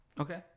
Okay